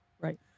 right